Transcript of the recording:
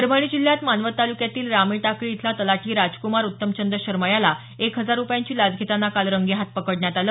परभणी जिल्ह्यात मानवत तालुक्यातील रामेटाकळी इथला तलाठी राजकुमार उत्तमचंद शर्मा याला एक हजार रुपयांची लाच घेतांना काल रंगेहाथ पकडण्यात आलं